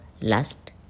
lust